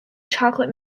chocolate